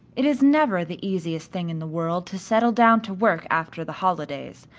it is never the easiest thing in the world to settle down to work after the holidays,